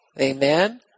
Amen